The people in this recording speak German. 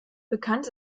bekannt